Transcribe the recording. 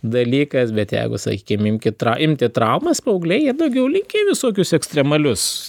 dalykas bet jeigu sakykim imti imti traumas paaugliai jie daugiau lyg į visokius ekstremalius